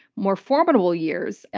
more formidable years.